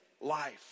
life